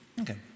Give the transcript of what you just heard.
Okay